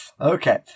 Okay